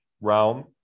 realm